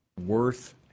worth